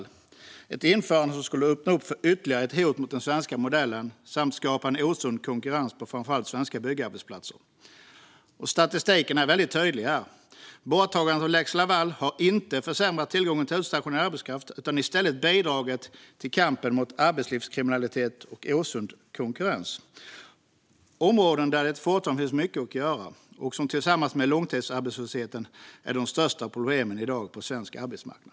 Det är ett införande som skulle öppna för ytterligare hot mot den svenska modellen samt skapa en osund konkurrens på framför allt svenska byggarbetsplatser. Statistiken är tydlig här. Borttagandet av lex Laval har inte försämrat tillgången till utstationerad arbetskraft utan i stället bidragit till kampen mot arbetslivskriminalitet och osund konkurrens. Det är områden där det fortfarande finns mycket att göra. Tillsammans med långtidsarbetslösheten utgör dessa områden de största problemen i dag på svensk arbetsmarknad.